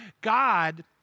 God